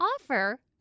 offer